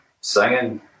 singing